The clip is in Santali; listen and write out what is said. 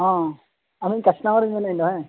ᱦᱚᱸ ᱟᱢᱤᱡ ᱠᱟᱥᱴᱚᱢᱟᱨᱤᱧ ᱢᱮᱱᱮᱜᱼᱟ ᱦᱮᱸ